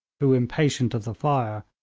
who, impatient of the fire,